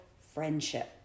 friendship